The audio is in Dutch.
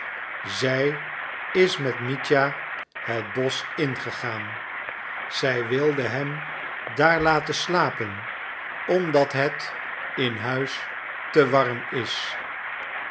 zij is met mitja het bosch ingegaan zij wilde hem daar laten slapen omdat het in huis te warm is